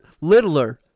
littler